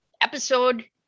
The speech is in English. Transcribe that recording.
episode